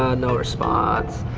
um no response